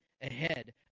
ahead